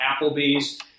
Applebee's